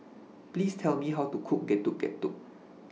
Please Tell Me How to Cook Getuk Getuk